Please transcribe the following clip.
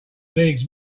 leagues